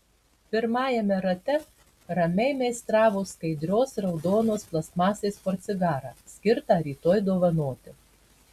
pirmajame rate ramiai meistravo skaidrios raudonos plastmasės portsigarą skirtą rytoj dovanoti